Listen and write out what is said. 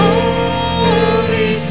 Holy